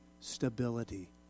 stability